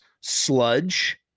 sludge